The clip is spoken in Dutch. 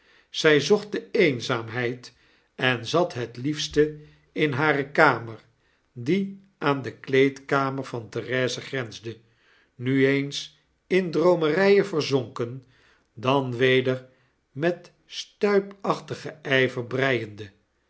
zy zocht de eenzaamheid en zat het liefste in hare kamer die aan de kleedkamer van therese grensde nu eens in droomeryen verzonken dan weder met stuipachtigen yver breiende